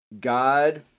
God